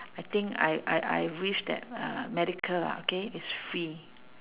I think I I I wish that uh medical lah okay is free